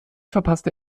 verpasste